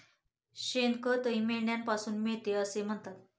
शेणखतही मेंढ्यांपासून मिळते असे म्हणतात